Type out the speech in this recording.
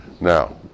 Now